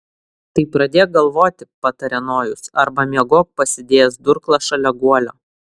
tai pradėk galvoti patarė nojus arba miegok pasidėjęs durklą šalia guolio